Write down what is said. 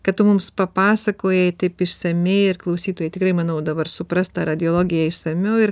kad tu mums papasakojai taip išsamiai ir klausytojai tikrai manau dabar supras tą radiologiją išsamiau ir